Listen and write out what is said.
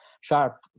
sharp